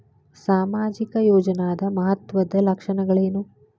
ಸಾಮಾಜಿಕ ಯೋಜನಾದ ಮಹತ್ವದ್ದ ಲಕ್ಷಣಗಳೇನು?